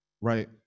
right